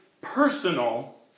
personal